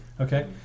Okay